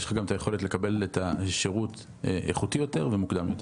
יש לך גם את היכולת לקבל את השירות האיכותי יותר והמוקדם יותר.